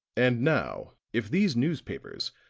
and now if these newspapers,